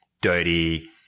dirty